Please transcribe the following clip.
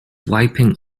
wiping